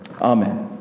Amen